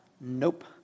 nope